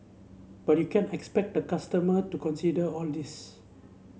but you can't expect the customer to consider all this